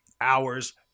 hours